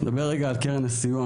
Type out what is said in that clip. קרן הסיוע.